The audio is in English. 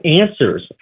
answers